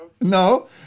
No